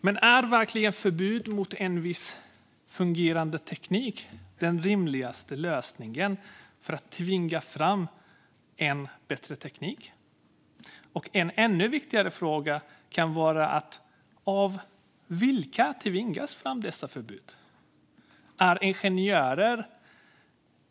Men är verkligen förbud mot en viss fungerande teknik den rimligaste lösningen för att tvinga fram bättre teknik? Och en ännu viktigare fråga kan vara: Vilka tvingar fram dessa förbud?